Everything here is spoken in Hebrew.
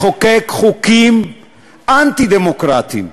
לחוקק חוקים אנטי-דמוקרטיים,